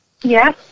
yes